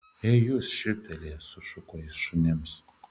ei jūs švilptelėjęs sušuko jis šunims